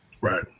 Right